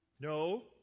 No